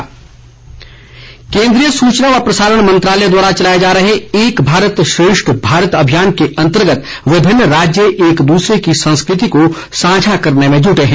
एक भारत श्रेष्ठ भारत केन्द्रीय सूचना व प्रसारण मंत्रालय द्वारा चलाए जा रहे एक भारत श्रेष्ठ भारत अभियान के अन्तर्गत विभिन्न राज्य एक दूसरे की संस्कृति को साझा करने में जुटे हैं